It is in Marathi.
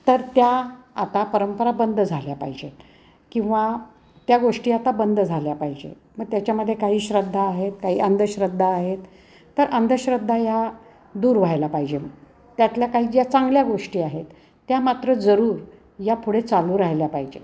तर त्या आता परंपरा बंद झाल्या पाहिजेत किंवा त्या गोष्टी आता बंद झाल्या पाहिजेत मग त्याच्यामदे काही श्रद्धा आहेत काही अंधश्रद्धा आहेत तर अंधश्रद्धा ह्या दूर व्हायला पाहिजे त्यातल्या काही ज्या चांगल्या गोष्टी आहेत त्या मात्र जरूर या पुढे चालू राहिल्या पाहिजेत